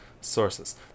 sources